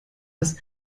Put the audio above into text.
als